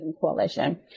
Coalition